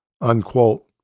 Unquote